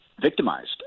Victimized